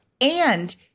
And-